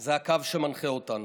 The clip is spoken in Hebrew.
זה הקו שמנחה אותנו.